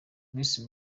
miss